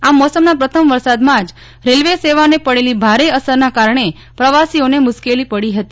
આમ મોસમના પ્રથમ વરસાદમાં જ રેલ્વે સેવા ને પડેલી ભારે અસરના કારણે પ્રવાસીઓ ને મુશ્કેલી પડી ફતી